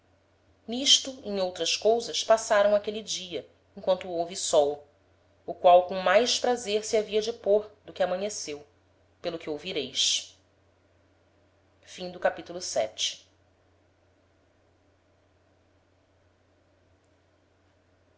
em outras cousas passaram aquele dia emquanto houve sol o qual com mais prazer se havia de pôr do que amanheceu pelo que ouvireis capitulo